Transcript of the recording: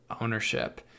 ownership